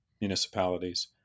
municipalities